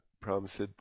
promised